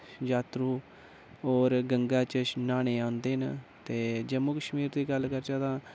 जातरु होर गंगा च न्हाने आंदे न ते जम्मू कश्मीर दी गल्ल करचै तां